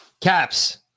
Caps